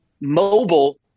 mobile